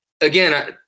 again